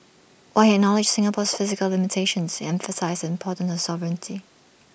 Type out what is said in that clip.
while he acknowledged Singapore's physical limitations he emphasised the importance of sovereignty